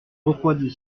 refroidit